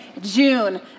June